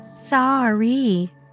Sorry